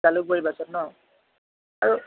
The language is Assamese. জালুকবাৰী বাছত ন আৰু